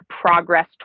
progress